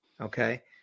okay